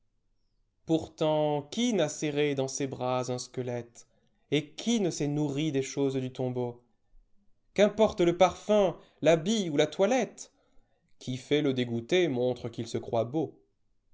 pourtant qui n'a serré dans ses bras un squelette et qui ne s'est nourri des choses du tombeau qu'importe le parfum l'haoït ou la toilette qui fait le dégoûté montre qu'il se croit beau